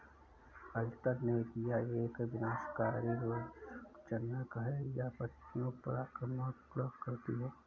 Alternaria एक विनाशकारी रोगज़नक़ है, यह पत्तियों पर आक्रमण करती है